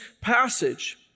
passage